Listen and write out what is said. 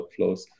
workflows